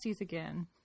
again